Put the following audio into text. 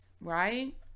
right